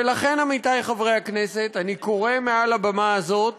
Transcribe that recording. ולכן, עמיתי חברי הכנסת, אני קורא מעל הבמה הזאת